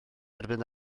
erbyn